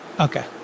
Okay